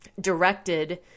directed